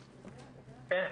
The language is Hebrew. כן,